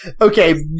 Okay